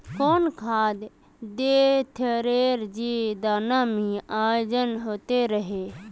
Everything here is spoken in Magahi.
कौन खाद देथियेरे जे दाना में ओजन होते रेह?